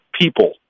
people